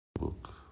book